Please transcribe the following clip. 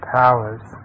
powers